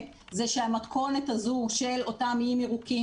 זה שהמתכונת הזו של אותם איים ירוקים,